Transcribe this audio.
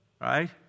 Right